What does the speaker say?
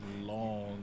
long